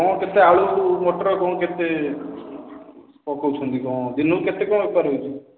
କ'ଣ କେତେ ଆଳୁ ମଟର କ'ଣ କେତେ ପକାଉଛନ୍ତି କ'ଣ ଦିନକୁ କେତେ କ'ଣ ବେପାର ହେଉଛି